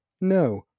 no